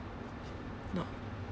not